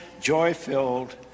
joy-filled